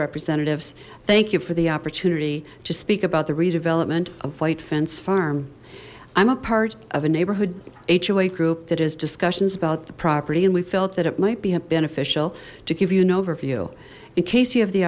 representatives thank you for the opportunity to speak about the redevelopment of white fence firm i'm a part of a neighborhood hoa group that is discussions about the property and we felt that it might be beneficial to give you an overview in case you have the